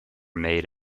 made